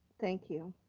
thank you.